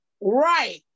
right